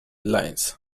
lines